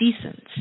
decent